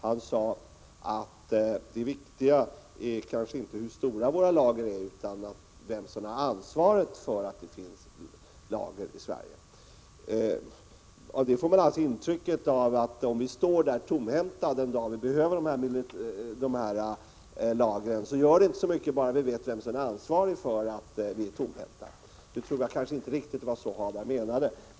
Han sade att det viktiga kanske inte är hur stora våra lager är, utan vem som har ansvaret för att det finns lager i Sverige. Av det får man intrycket att om vi står där tomhänta den dag vi behöver dessa lager gör det inte så mycket, bara vi vet vem som är ansvarig för att vi är tomhänta. Nu tror jag inte att det var riktigt så Hadar Cars menade.